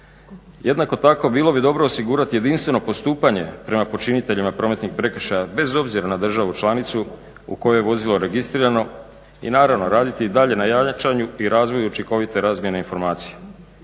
Jednako tako bilo bi dobro osigurati jedinstveno postupanje prema počiniteljima prometnih prekršaja bez obzira na državu članicu u kojoj je vozilo registrirano i naravno raditi i dalje na jačanju i razvoju učinkovite razmjene informacija.